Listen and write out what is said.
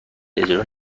اجرا